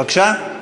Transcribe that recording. בבקשה.